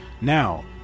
now